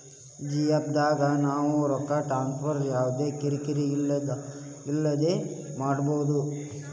GPay ದಾಗು ನಾವ್ ರೊಕ್ಕ ಟ್ರಾನ್ಸ್ಫರ್ ಯವ್ದ ಕಿರಿ ಕಿರಿ ಇಲ್ದೆ ಮಾಡ್ಬೊದು